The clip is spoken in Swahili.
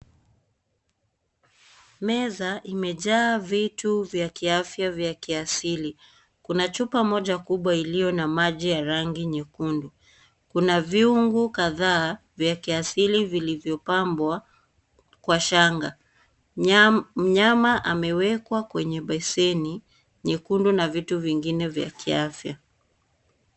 Meza, imejaa vitu vya kiafya vya kiasili, kuna chupa moja kubwa iliyo na maji ya rangi nyekundu, kuna vyungu kathaa, vya kiasi vilivyo pambwa, kwa shanga, nya, mnyama amewekwa kwenye beseni, nyekundu na vitu vingine vya kiafya.